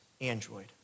android